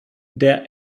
der